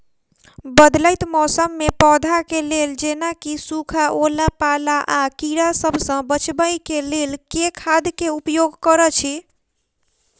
बदलैत मौसम मे पौधा केँ लेल जेना की सुखा, ओला पाला, आ कीड़ा सबसँ बचबई केँ लेल केँ खाद केँ उपयोग करऽ छी?